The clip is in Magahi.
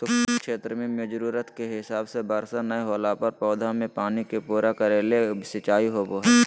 शुष्क क्षेत्र मेंजरूरत के हिसाब से वर्षा नय होला पर पौधा मे पानी के पूरा करे के ले सिंचाई होव हई